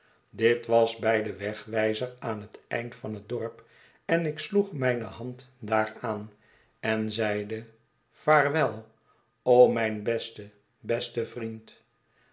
dit was bij den wegwijzer aan het eind van het dorp en ik sloeg mijne hand daaraan en zeide vaarwel o mijn beste beste vriend